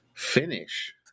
Finish